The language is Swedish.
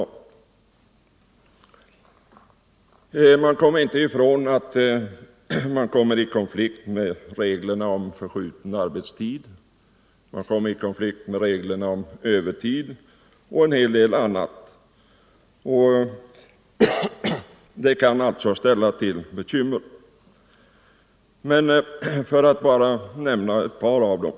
Det går inte att komma ifrån att man — Nr 130 råkar i konflikt med reglerna om förskjuten arbetstid liksom med reglerna Torsdagen den om övertid och en del annat, och det kan alltså ställa till bekymmer. 28 november 1974 För att bara nämna ett par svårigheter.